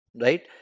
Right